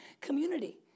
Community